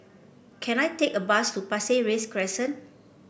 can I take a bus to Pasir Ris Crest